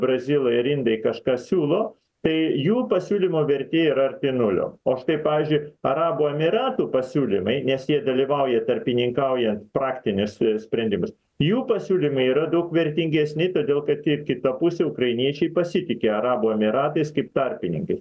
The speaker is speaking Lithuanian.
brazilai ar indai kažką siūlo tai jų pasiūlymo vertė yra arti nulio o štai pavyzdžiui arabų emyratų pasiūlymai nes jie dalyvauja tarpininkaujant praktinis sprendimus jų pasiūlymai yra daug vertingesni todėl kad ir kita pusė ukrainiečiai pasitiki arabų emyratais kaip tarpininkais